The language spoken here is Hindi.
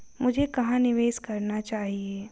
मुझे कहां निवेश करना चाहिए?